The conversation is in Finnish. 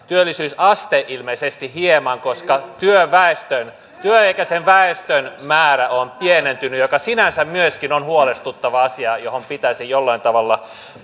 työllisyysaste ilmeisesti hieman koska työväestön työikäisen väestön määrä on pienentynyt mikä sinänsä myöskin on huolestuttava asia johon pitäisi jollain tavalla